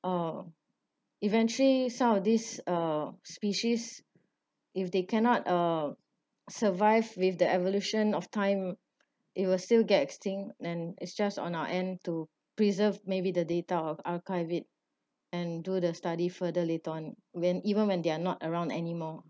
uh eventually some of this uh species if they cannot uh survive with the evolution of time it will still get extinct and it's just on our end to preserve maybe the data or archive it and do the study further later on when even when they're not around anymore